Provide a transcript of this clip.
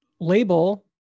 label